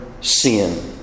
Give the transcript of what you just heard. sin